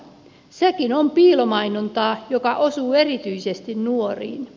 sekin on piilomainontaa joka osuu erityisesti nuoriin